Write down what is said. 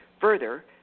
Further